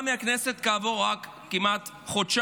מהכנסת היא התפטרה רק כעבור כמעט חודשיים,